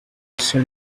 sell